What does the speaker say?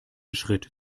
schritt